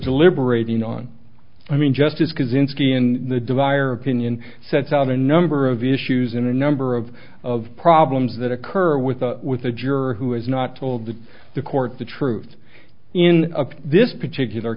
deliberating on i mean just as kaczynski in the divider opinion sets out a number of issues in a number of of problems that occur with the with a juror who has not told the court the truth in this particular